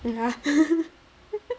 mm ya